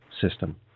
system